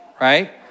right